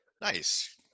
Nice